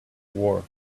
war